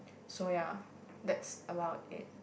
so ya that's about it